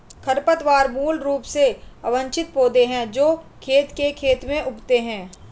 खरपतवार मूल रूप से अवांछित पौधे हैं जो खेत के खेत में उगते हैं